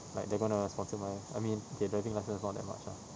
like they're going to sponsor my I mean okay driving license is not that much ah